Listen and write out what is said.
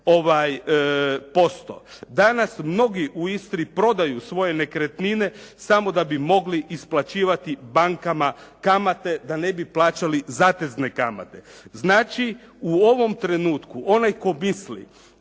i 40%. Danas mnogi u Istri prodaju svoje nekretnine samo da bi mogli isplaćivati bankama kamate da ne bi plaćali zatezne kamate. Znači, u ovom trenutku onaj tko misli